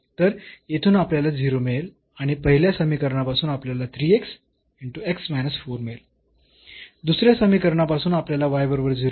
तर येथून आपल्याला 0 मिळेल आणि पहिल्या समीकरणापासून आपल्याला मिळेल दुसऱ्या समीकरणापासून आपल्याला y बरोबर 0 मिळेल